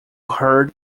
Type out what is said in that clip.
heard